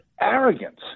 arrogance